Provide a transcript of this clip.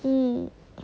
mm